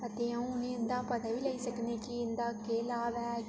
ते अ'ऊं उनेंईं उंदा पता बी लेई सकनी आं कि इं'दा केह् लाभ ऐ